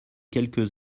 quelques